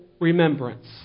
remembrance